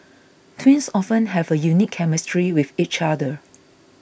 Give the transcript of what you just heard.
twins often have a unique chemistry with each other